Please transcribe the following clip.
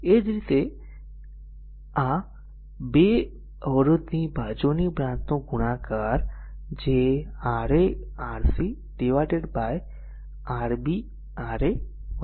એ જ રીતે એ 2 અવરોધની બાજુની બ્રાંચનું ગુણાકાર જે Ra Rc divided by Rb Ra Rb Rc છે